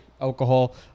alcohol